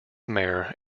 mayor